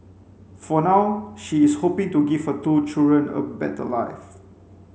for now she is hoping to give her two children a better life